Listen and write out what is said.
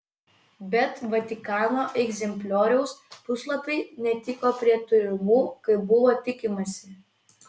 bet vatikano egzemplioriaus puslapiai netiko prie turimų kaip buvo tikimasi